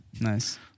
Nice